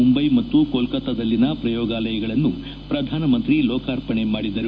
ಮುಂದ್ಲೆ ಮತ್ತು ಕೋಲ್ಲತಾದಲ್ಲಿನ ಪ್ರಯೋಗಾಲಯಗಳನ್ನು ಪ್ರಧಾನಮಂತ್ರಿ ಲೋಕಾರ್ಪಣೆ ಮಾಡಿದರು